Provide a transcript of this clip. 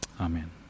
Amen